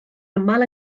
aml